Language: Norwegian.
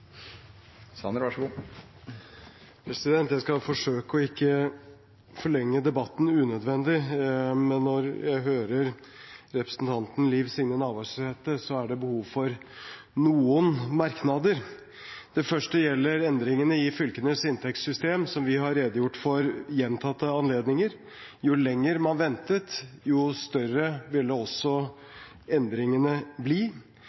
Signe Navarsete, så er det behov for noen merknader. Det første gjelder endringene i fylkenes inntektssystem, som vi har redegjort for ved gjentatte anledninger. Jo lenger man ventet, jo større ville også endringene bli.